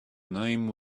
name